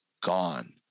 gone